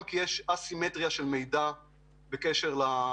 הסיבות לכך הן: יש א-סימטריה של מידע בקשר לתוקף,